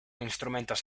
instrumentos